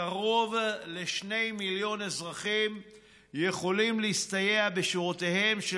קרוב ל-2 מיליון אזרחים יכולים להסתייע בשירותיהם של